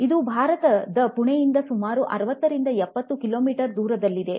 ಇದು ಭಾರತದ ಪುಣೆಯಿಂದ ಸುಮಾರು 60 ರಿಂದ 70 ಕಿಲೋಮೀಟರ್ ದೂರದಲ್ಲಿದೆ